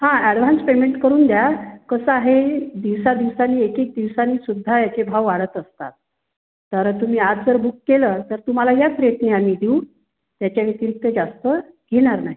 हा advance payment करुन द्या कसं आहे दिवसां दिवसांनी एकेक दिवसांनीसुद्धा याचे भाव वाढत असतात कारण तुम्ही आज जर बुक केलं तर तुम्हाला ह्याच रेटने आम्ही देऊ त्याच्या व्यतिरिक्त जास्त घेणार नाही